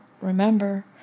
remember